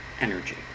energy